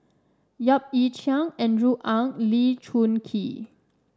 Yap Ee Chian Andrew Ang and Lee Choon Kee